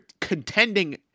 contending